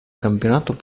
campionato